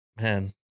man